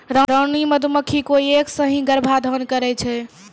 रानी मधुमक्खी कोय एक सें ही गर्भाधान करै छै